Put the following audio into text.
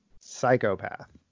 psychopath